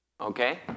Okay